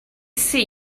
see